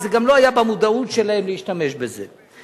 וזה גם לא היה במודעות שלהם להשתמש בזה.